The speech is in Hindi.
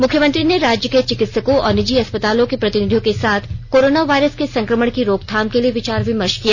मुख्यमंत्री ने राज्य के चिकित्सकों और निजी अस्पतालों के प्रतिनिधियों के साथ कोरोना वायरस के संक्रमण की रोकथाम के लिए विचार विमर्श किया